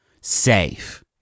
safe